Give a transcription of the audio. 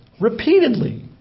repeatedly